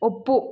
ಒಪ್ಪು